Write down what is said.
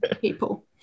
people